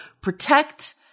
protect